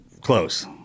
close